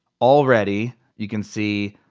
already you can see,